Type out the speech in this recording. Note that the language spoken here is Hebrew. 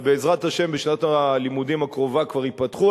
אבל בעזרת השם בשנת הלימודים הקרובה כבר ייפתחו,